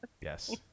Yes